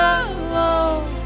alone